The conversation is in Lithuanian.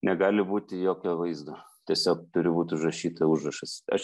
negali būti jokio vaizdo tiesiog turi būt užrašyta užrašas aš